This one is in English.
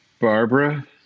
Barbara